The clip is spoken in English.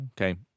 Okay